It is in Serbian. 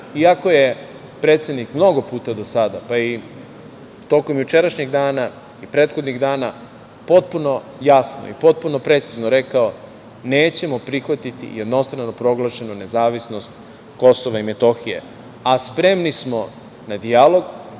KiM.Iako, je predsednik mnogo puta do sada, pa i tokom jučerašnjeg dana, i prethodnih dana potpuno jasno i potpuno precizno rekao, nećemo prihvatiti jednostranu proglašeno nezavisnost KiM, a spremni smo na dijalog,